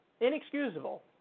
Inexcusable